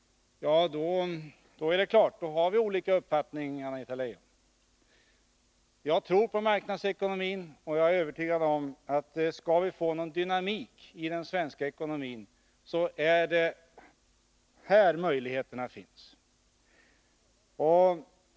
Är det så, då har vi olika uppfattning. Jag tror på marknadsekonomin, och jag är övertygad om att skall vi få någon dynamik i den svenska ekonomin, så är det där möjligheterna finns.